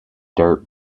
dirt